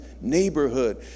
neighborhood